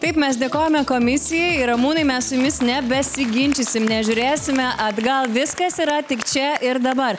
taip mes dėkojame komisijai ramūnai mes su jumis nebesiginčysim nežiūrėsime atgal viskas yra tik čia ir dabar